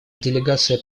делегация